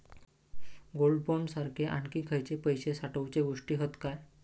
Gold bond सारखे आणखी खयले पैशे साठवूचे गोष्टी हत काय?